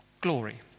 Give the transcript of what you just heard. Glory